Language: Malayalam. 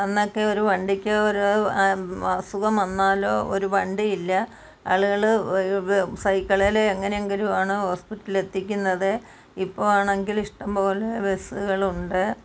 അന്നൊക്കെ ഒരു വണ്ടിക്ക് ഒരു അസുഖം വന്നാലൊ ഒരു വണ്ടിയില്ല ആളുകൾ സൈക്കളിൽ എങ്ങനെ എങ്കിലും ആണ് ഹോസ്പിറ്റലിൽ എത്തിക്കുന്നത് ഇപ്പോൾ ആണെങ്കിൽ ഇഷ്ടം പോലെ ബസ്സുകളുണ്ട്